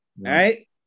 right